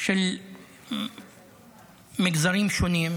של מגזרים שונים,